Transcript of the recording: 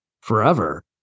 forever